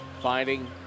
Finding